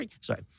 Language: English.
Sorry